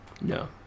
No